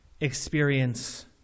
experience